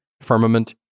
firmament